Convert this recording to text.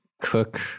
cook